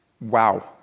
Wow